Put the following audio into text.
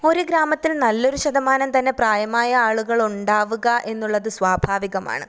ഒരു ഗ്രാമത്തില് നല്ലൊരു ശതമാനം തന്നെ പ്രായമായ ആളുകൾ ഉണ്ടാവുക എന്നുള്ളത് സ്വാഭാവികമാണ്